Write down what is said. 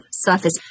surface